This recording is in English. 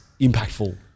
impactful